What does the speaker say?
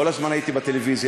כל הזמן הייתי בטלוויזיה,